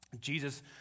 Jesus